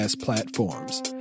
Platforms